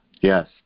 yes